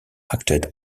acted